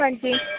ਹਾਂਜੀ